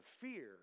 fear